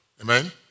Amen